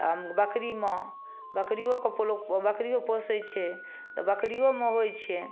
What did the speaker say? तऽ बकरीमे बकरियोके लोक बकरियो पोसै छै तऽ बकरियोमे होइ छै